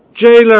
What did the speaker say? Jailer